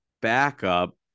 backup